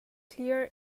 clear